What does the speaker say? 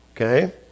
Okay